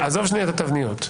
עזוב שנייה את התבניות.